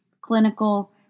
clinical